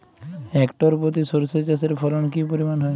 Hectare প্রতি সর্ষে চাষের ফলন কি পরিমাণ হয়?